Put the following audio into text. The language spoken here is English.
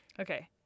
okay